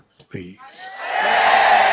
please